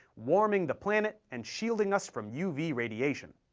warming the planet and shielding us from uv radiation.